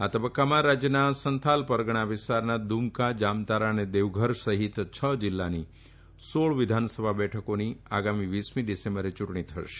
આ તબકકામાં રાજયના સંથાલ પરગણા વિસ્તારના દુમકા જામતારા અને દેવઘર સહિત છ જીલ્લાની સોળ વિધાનસભા બેઠકોની આગામી વીસમી ડિસેમ્બરે યુંટણી થશે